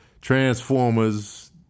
Transformers